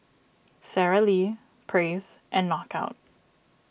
Sara Lee Praise and Knockout